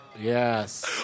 Yes